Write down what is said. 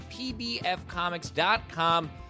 pbfcomics.com